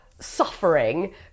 suffering